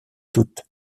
toutes